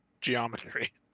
geometry